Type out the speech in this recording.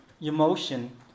emotion